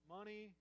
Money